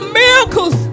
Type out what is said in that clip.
miracles